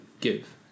give